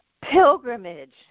Pilgrimage